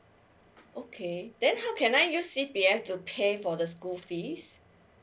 okay then how can I use C P F to pay for the school fees